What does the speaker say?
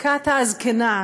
כקאטה הזקנה,